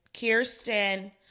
Kirsten